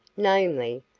namely,